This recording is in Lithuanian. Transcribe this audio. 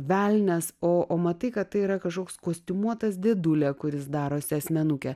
velnias o o matai kad tai yra kažkoks kostiumuotas dėdulė kuris darosi asmenukę